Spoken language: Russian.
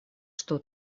что